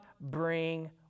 bring